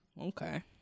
Okay